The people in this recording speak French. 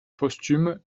posthume